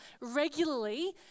regularly